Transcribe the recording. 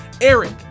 Eric